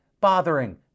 bothering